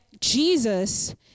Jesus